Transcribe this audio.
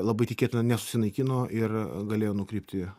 labai tikėtina nesusinaikino ir galėjo nukrypti